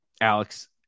Alex